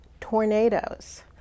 tornadoes